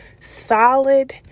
solid